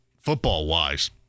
football-wise